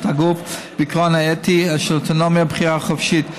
הגוף ובעיקרון האתי של אוטונומיה ובחירה חופשית,